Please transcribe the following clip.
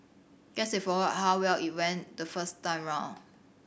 guess they forgot how well it went the first time round